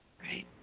Right